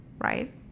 right